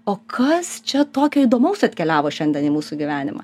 o kas čia tokio įdomaus atkeliavo šiandien į mūsų gyvenimą